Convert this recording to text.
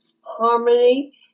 harmony